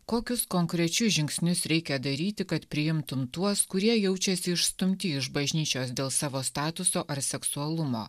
kokius konkrečius žingsnius reikia daryti kad priimtum tuos kurie jaučiasi išstumti iš bažnyčios dėl savo statuso ar seksualumo